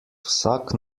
vsak